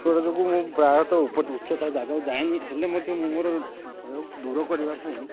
ସେଗୁଡ଼ା ଯୋଗୁଁ ମୁଁ ପ୍ରାୟତଃ ଉଚ୍ଚତା ଜାଗାକୁ ଯାଏନି ହେଲେ ମଧ୍ୟ ମୁଁ ମୋର ଭୟକୁ ଦୂର କରିବା ପାଇଁ